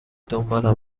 دنبالم